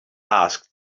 asked